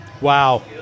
Wow